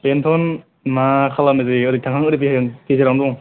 बेनोथ' मा खालामनाय जायो ओरै थांहां ओरै फैहां गेजेरावनो दं